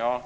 Jag